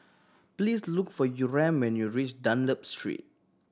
please look for Yurem when you reach Dunlop Street